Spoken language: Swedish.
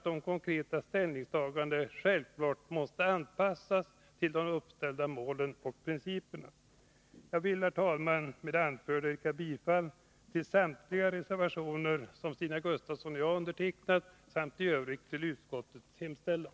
De konkreta ställningstagandena måste självfallet anpassas till de uppställda målen och principerna. Jag vill, herr talman, med det anförda yrka bifall till samtliga reservationer som Stina Gustavsson och jag undertecknat samt i övrigt till utskottets hemställan.